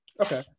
Okay